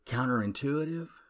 Counterintuitive